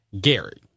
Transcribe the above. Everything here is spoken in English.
Gary